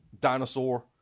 dinosaur